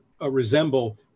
resemble